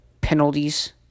penalties